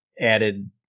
added